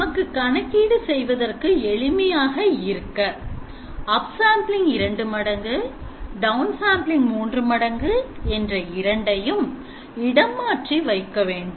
நமக்கு கணக்கீடு செய்வதற்கு எளிமையாக இருக்க upsampling 2 மடங்குdownsampling3 மடங்கு என்ற இரண்டையும் இடம் மாற்றி வைக்க வேண்டும்